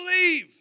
believe